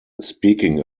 speaking